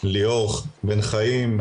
ליאור בן חיים.